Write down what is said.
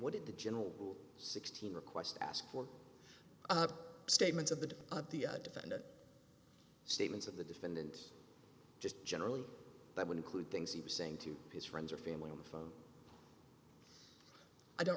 wouldn't the general sixteen request ask for statements of the of the defendant statements of the defendant just generally that would include things he was saying to his friends or family on the phone i don't